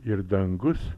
ir dangus